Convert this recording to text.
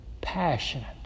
passionate